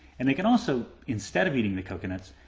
and they can also, instead of eating the coconuts,